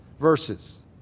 verses